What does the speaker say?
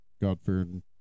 God-fearing